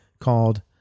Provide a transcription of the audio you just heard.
called